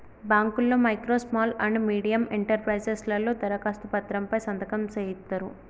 బాంకుల్లో micro small and medium enterprises లలో దరఖాస్తు పత్రం పై సంతకం సేయిత్తరు